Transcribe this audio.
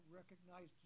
recognize